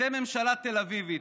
אתם ממשלה תל אביבית.